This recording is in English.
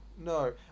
no